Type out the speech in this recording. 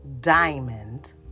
Diamond